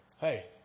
hey